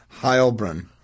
Heilbrun